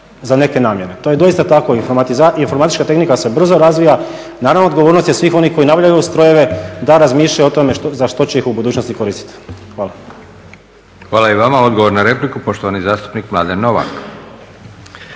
za neke namjene, to je doista tako. Informatička tehnika se brzo razvija, naravno odgovornost je svih onih koji nabavljaju strojeve da razmišljaju o tome za što će ih u budućnosti koristiti. Hvala. **Leko, Josip (SDP)** Hvala i vama. Odgovor na repliku poštovani zastupnik Mladen Novak.